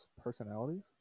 personalities